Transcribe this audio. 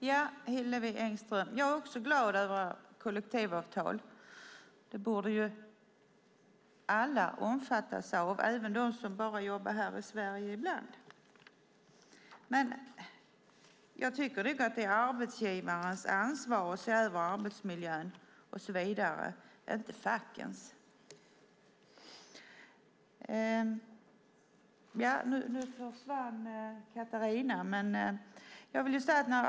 Fru talman! Jag är också glad över kollektivavtalen, Hillevi Engström. Alla borde omfattas av dem, även de som jobbar i Sverige bara ibland. Det är arbetsgivarens ansvar att se över arbetsmiljön och så vidare, inte fackens.